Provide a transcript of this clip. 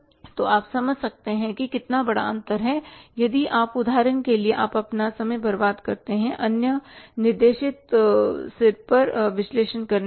तो आप समझ सकते हैं कि कितना बड़ा अंतर है और यदि आप उदाहरण के लिए आप अपना समय बर्बाद करते हैं अन्य निर्देशित सिर पर विश्लेषण करने के लिए